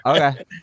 Okay